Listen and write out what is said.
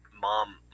mom